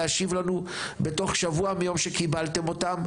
להשיב לנו בתוך שבוע מיום שקיבלתם אותם,